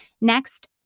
Next